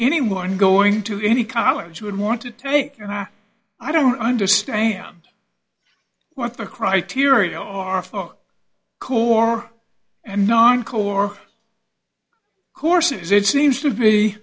and going to any college would want to take and i i don't understand what the criteria are folk core and non caloric courses it seems to be